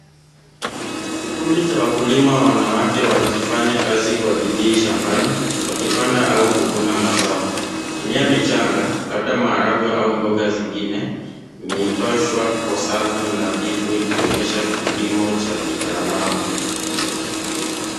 Kikundi cha wakulima wanawake wakifanya wakifanya kazi kwa bidii shambani kwa kibanda au kuvuna mazao. Mimea michanga labda maharagwe au mboga zingine zimeitoshwa kwa safu nadhifu ikionyesha kilimo cha kitaalam.